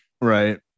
Right